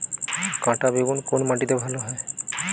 কাঁটা বেগুন কোন মাটিতে ভালো হয়?